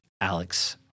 Alex